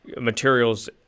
materials